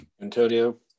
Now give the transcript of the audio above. Antonio